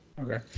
Okay